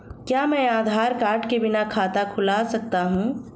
क्या मैं आधार कार्ड के बिना खाता खुला सकता हूं?